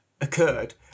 occurred